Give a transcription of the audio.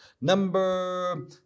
Number